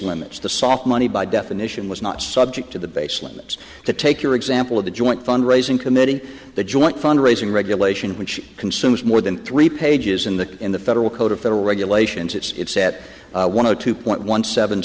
limits the soft money by definition was not subject to the base limits to take your example of the joint fund raising committee the joint fund raising regulation which consumes more than three pages in the in the federal code of federal regulations it's set one of two point one seven